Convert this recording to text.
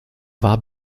war